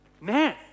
Man